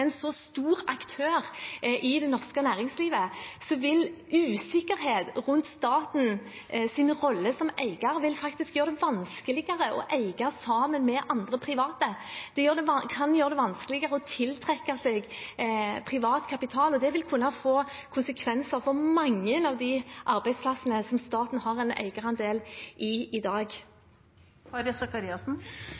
en så stor aktør i det norske næringslivet vil usikkerhet rundt statens rolle som eier faktisk gjøre det vanskeligere å eie sammen med andre private. Det kan gjøre det vanskeligere å tiltrekke seg privat kapital, og det vil kunne få konsekvenser for mange av de arbeidsplassene som staten har en eierandel i i dag.